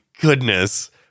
goodness